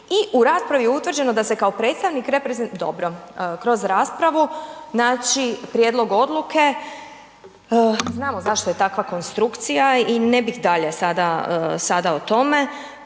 i u raspravi je utvrđeno da se kao predstavnik .../Govornik se ne razumije./... dobro, kroz raspravu znači prijedlog odluke, znamo zašto je takva konstrukcija i ne bih dalje sada o tome,